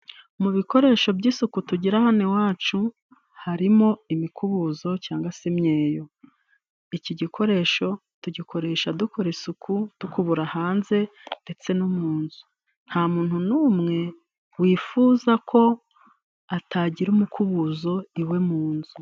Mu bikoresho by'isuku tugira hano iwacu harimo imikubuzo cyangwa se imyeyo, iki gikoresho tugikoresha dukora isuku dukubura hanze ndetse no mu nzu nta muntu n'umwe wifuza ko atagira umukubuzo iwe mu nzu.